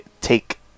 take